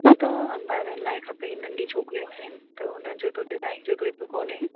उहा त ॿारनि लाइ खपे नंढी छोकिरियूं आहिनि त हुन जो त डिजाइन जो त हेतिरो कोन्हे